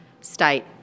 state